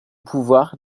pouvoir